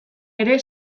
ere